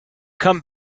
come